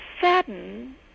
sudden